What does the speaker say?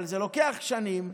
אבל זה לוקח שנים,